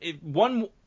one